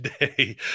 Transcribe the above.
today